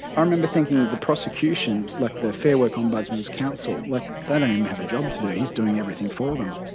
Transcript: ah remember thinking the prosecution like the fair work ombudsman's counsel, like they don't even have a job to do. he's doing everything for them.